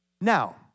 Now